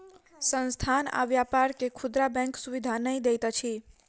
संस्थान आ व्यापार के खुदरा बैंक सुविधा नै दैत अछि